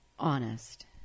honest